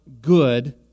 good